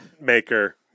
Maker